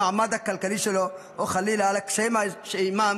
למעמד הכלכלי שלו או חלילה לקשיים האישיים שעימם